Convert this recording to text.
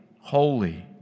holy